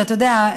אתה יודע,